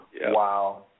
Wow